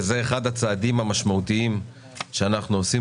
וזה אחד הצעדים המשמעותיים שאנחנו עושים,